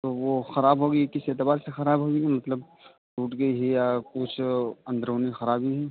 تو وہ خراب ہوگئی کس اعتبار سے خراب ہوئی مطلب ٹوٹ گئی ہے یا کچھ اندرونی خرابی ہے